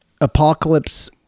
apocalypse